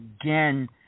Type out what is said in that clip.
again